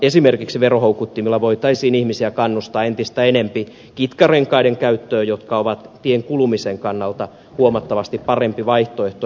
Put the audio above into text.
esimerkiksi verohoukuttimilla voitaisiin ihmisiä kannustaa entistä enempi kitkarenkaiden käyttöön joka on tien kulumisen kannalta huomattavasti parempi vaihtoehto